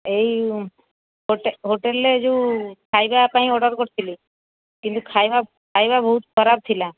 ଏଇ ହୋଟେ ହୋଟେଲରେ ଯୋଉ ଖାଇବା ପାଇଁ ଅର୍ଡର କରିଥିଲି କିନ୍ତୁ ଖାଇବା ଖାଇବା ବହୁତ ଖରାପ ଥିଲା